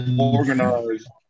organized